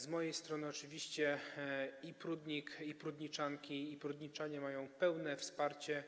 Z mojej strony oczywiście Prudnik, prudniczanki i prudniczanie mają pełne wsparcie.